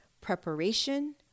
preparation